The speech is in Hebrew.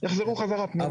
שיחזרו חזרה פנימה.